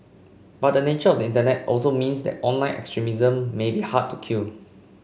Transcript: but the nature of the internet also means that online extremism may be hard to kill